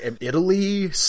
Italy